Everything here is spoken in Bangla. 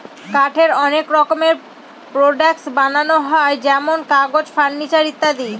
কাঠের অনেক রকমের প্রডাক্টস বানানো হয় যেমন কাগজ, ফার্নিচার ইত্যাদি